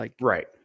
Right